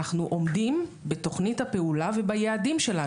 אנחנו עומדים בתוכנית הפעולה וביעדים שלנו.